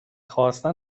خواستن